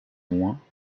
moins